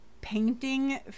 painting